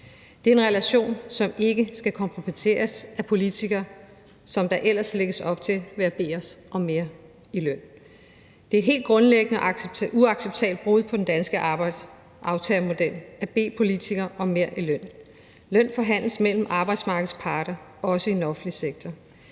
Det er en relation, som ikke skal kompromitteres af politikere, som der lægges op til ved at bede os om mere i løn. Det er et helt grundlæggende uacceptabelt brud på den danske aftalemodel at bede politikere om mere i løn. Løn forhandles mellem arbejdsmarkedets parter, også i den offentlige sektor.